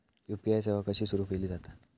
UPI सेवा कशी सुरू केली जाता?